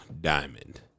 diamond